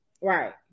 Right